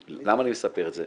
למה אני מספר את זה?